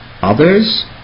others